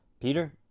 Peter